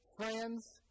friends